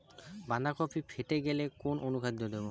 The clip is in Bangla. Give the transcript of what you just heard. বাঁধাকপি ফেটে গেলে কোন অনুখাদ্য দেবো?